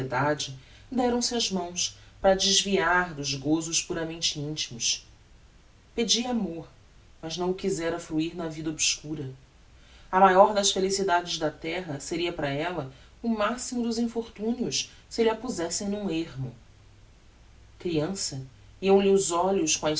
e a sociedade deram-se as mãos para a desviar dos gozos puramente intimos pedia amor mas não o quizera fruir na vida obscura a maior das felicidades da terra seria para ella o maximo dos infortunios se lh'a puzessem n'um ermo creança iam lhe os olhos com as